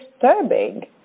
disturbing